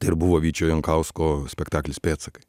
tai ir buvo vyčio jankausko spektaklis pėdsakai